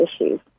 issues